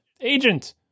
Agent